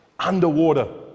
underwater